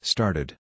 Started